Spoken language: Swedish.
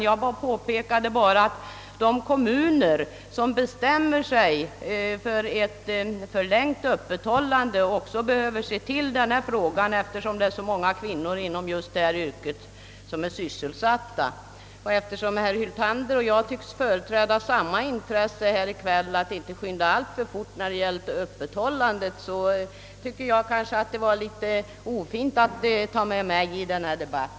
Jag påpekade bara att de kommuner som bestämmer sig för ett förlängt öppethållande också behöver se till den frågan, eftersom så många kvinnor är sysselsatta just inom detta yrke. Eftersom herr Hyltander och jag tycks ha samma intresse av att man inte skall skynda alltför fort när det gäller öppethållande, tycker jag att det kanske var litet ofint att dra in mig i denna debatt.